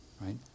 right